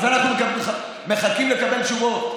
על זה אנחנו מחכים לקבל תשובות.